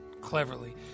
cleverly